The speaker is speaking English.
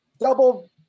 double